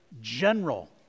general